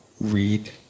Read